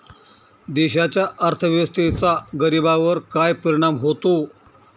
देशाच्या अर्थव्यवस्थेचा गरीबांवर काय परिणाम होतो